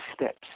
steps